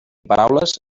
paraules